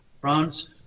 France